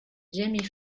jamie